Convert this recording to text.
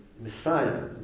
Messiah